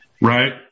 right